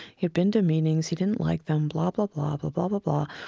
he'd been to meetings. he didn't like them, blah, blah, blah, blah, blah, blah, blah.